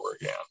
again